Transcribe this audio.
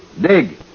Dig